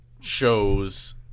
shows